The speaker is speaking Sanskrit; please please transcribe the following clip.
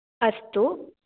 अस्तु